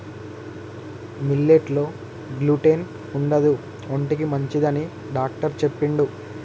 millet లో gluten ఉండదు ఒంటికి మంచిదని డాక్టర్ చెప్పిండు